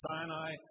Sinai